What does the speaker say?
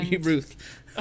Ruth